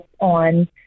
on